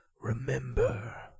remember